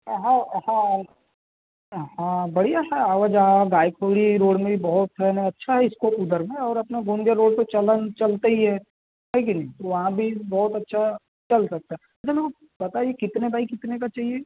हाँ हाँ हाँ बढ़िया सा आना जाना गाएपुरी रोड़ में भी बहुत है अच्छा स्कोप है उधर में और अपना गोंदिया रोड़ पर चलते चलते ही है कि नहीं तो वहाँ भी बहुत अच्छा चल सकता है नहीं मेरे को बताइए कितने बाय कितने का चाहिए